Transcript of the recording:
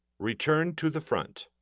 return to the front.